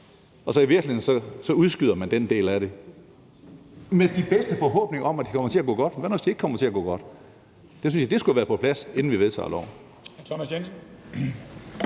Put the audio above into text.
man i virkeligheden den del af det med de bedste forhåbninger om, at de kommer til at gå godt. Hvad nu, hvis ikke de kommer til at gå godt? Det synes jeg skulle have været på plads, inden vi vedtager